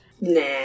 Nah